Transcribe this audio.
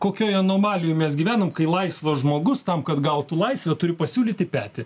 kokioj anomalijoj mes gyvenam kai laisvas žmogus tam kad gautų laisvę turi pasiūlyti petį